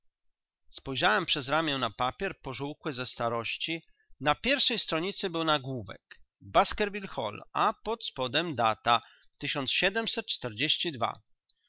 spojrzałem przez ramię na papier pożółkły ze starości na pierwszej stronicy był nagłówek baskerville hall a pod spodem data